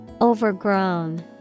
Overgrown